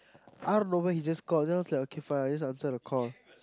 out of nowhere he just call so I was like okay fine just answer the call